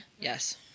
Yes